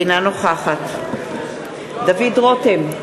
אינה נוכחת דוד רותם,